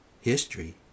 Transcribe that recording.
history